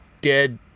dead